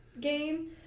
game